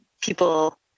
people